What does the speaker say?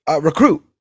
recruit